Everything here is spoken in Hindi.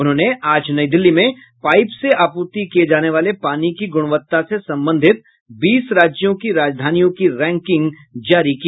उन्होंने आज नई दिल्ली में पाइप से आपूर्ति किये जाने वाले पानी की गुणवत्ता से संबंधित बीस राज्यों की राजधानियों की रैंकिंग जारी की